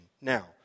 Now